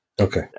Okay